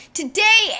today